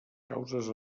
causes